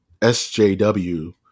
SJW